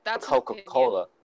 Coca-Cola